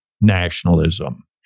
nationalism